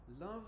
Love